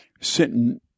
sitting